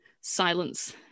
silence